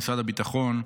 משרד הביטחון,